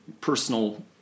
personal